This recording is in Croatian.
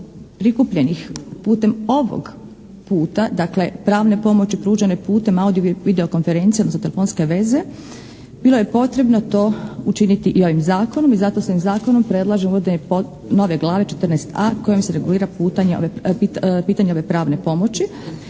prikupljenih putem ovog puta, dakle pravne pomoći pružane putem audio video konferencije odnosno telefonske veze bilo je potrebno to učiniti i ovim zakonom i zato se ovim zakonom predlaže uvođenje nove glave XIVa. Kojom se regulira pitanje ove pravne pomoći.